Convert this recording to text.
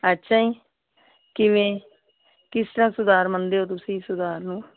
ਅੱਛਾ ਜੀ ਕਿਵੇਂ ਕਿਸ ਤਰ੍ਹਾਂ ਸੁਧਾਰ ਮੰਨਦੇ ਹੋ ਤੁਸੀਂ ਸੁਧਾਰ ਨੂੰ